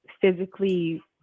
physically